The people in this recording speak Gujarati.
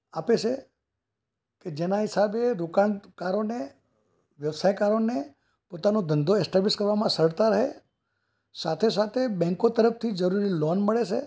આપે છે કે જેના હિસાબે રોકાણકારોને વ્યવસાયકારોને પોતાનો ધંધો ઍસ્ટાબ્લિશ કરવામાં સરળતા રહે સાથે સાથે બૅન્કો તરફથી જરૂરી લોન મળે છે